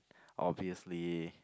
obviously